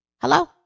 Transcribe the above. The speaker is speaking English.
Hello